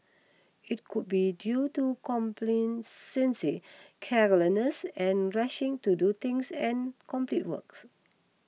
it could be due to complacency carelessness and rushing to do things and complete works